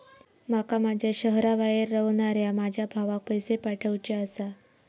माका माझ्या शहराबाहेर रव्हनाऱ्या माझ्या भावाक पैसे पाठवुचे आसा